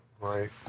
Right